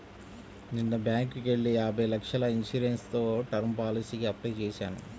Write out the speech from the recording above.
నిన్న బ్యేంకుకెళ్ళి యాభై లక్షల ఇన్సూరెన్స్ తో టర్మ్ పాలసీకి అప్లై చేశాను